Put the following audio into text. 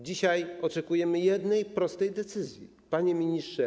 Dzisiaj oczekujemy jednej prostej decyzji, panie ministrze.